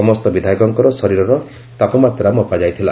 ସମସ୍ତ ବିଧାୟକଙ୍କର ଶରୀରର ତାପମାତ୍ରା ମପାଯାଇଥିଲା